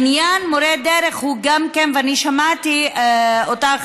עניין מורי דרך הוא, ואני שמעתי אותך,